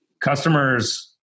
customers